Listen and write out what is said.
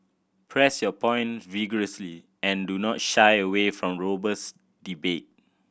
press your point vigorously and do not shy away from robust debate